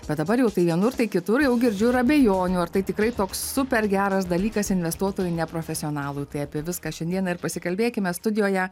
bet dabar jau tai vienur tai kitur jau girdžiu ir abejonių ar tai tikrai toks super geras dalykas investuotojui neprofesionalui tai apie viską šiandieną ir pasikalbėkime studijoje